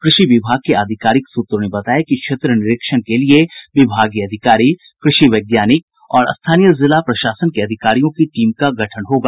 कृषि विभाग के आधिकारिक सूत्रों ने बताया कि क्षेत्र निरीक्षण के लिए विभागीय अधिकारी कृषि वैज्ञानिक और स्थानीय जिला प्रशासन के अधिकारियों की टीम का गठन होगा